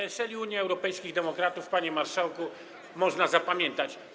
PSL i Unia Europejskich Demokratów, panie marszałku, można zapamiętać.